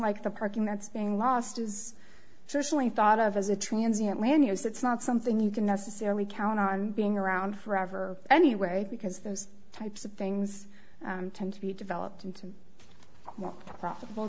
like the parking that's being lost is certainly thought of as a transatlantic it's not something you can necessarily count on being around forever anyway because those types of things tend to be developed into more profitable